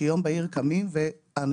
שיום בהיר אחד אנשים קמים והם בריאים.